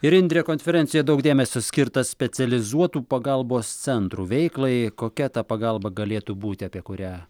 ir indre konferencijoj daug dėmesio skirta specializuotų pagalbos centrų veiklai kokia ta pagalba galėtų būti apie kurią